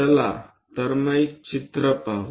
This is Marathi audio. चला तर मग चित्र पाहू